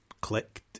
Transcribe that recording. clicked